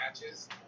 matches